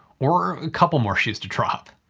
or a couple more shoes to drop.